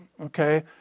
Okay